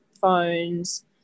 phones